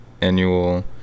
annual